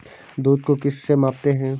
दूध को किस से मापते हैं?